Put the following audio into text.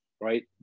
right